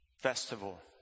festival